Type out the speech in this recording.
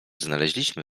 znaleźliśmy